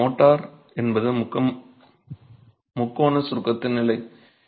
எனவே மோர்டார் என்பது முக்கோண சுருக்கத்தின் நிலை